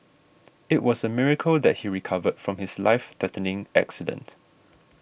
it was a miracle that he recovered from his life threatening accident